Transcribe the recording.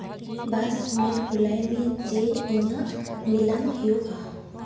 ᱵᱟᱥ ᱢᱮᱞ ᱠᱩᱞᱟᱭ ᱢᱮ ᱡᱮ ᱤᱧᱟᱹᱜ ᱵᱤᱞᱟᱹᱢ ᱦᱩᱭᱩᱜᱼᱟ